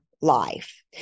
life